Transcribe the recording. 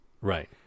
Right